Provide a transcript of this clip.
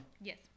Yes